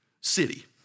city